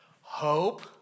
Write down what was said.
hope